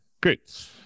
great